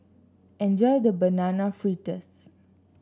enjoy your Banana Fritters